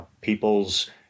people's